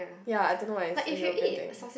ya I don't know why is a European thing